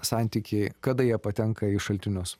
santykiai kada jie patenka į šaltinius